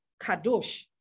kadosh